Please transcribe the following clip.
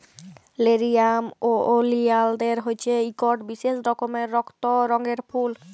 লেরিয়াম ওলিয়ালদের হছে ইকট বিশেষ রকমের রক্ত রঙের ফুল